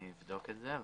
אני אבדוק את זה.